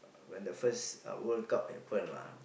when the first World-Cup happen lah